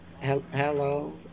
Hello